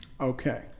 Okay